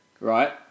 right